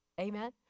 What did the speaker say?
Amen